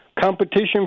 competition